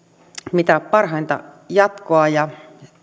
mitä parhainta jatkoa ja